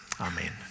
amen